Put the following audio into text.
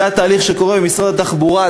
זה התהליך שקורה עם משרד התחבורה,